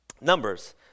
Numbers